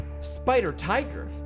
Spider-Tiger